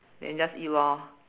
then just eat lor